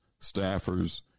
staffers